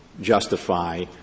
justify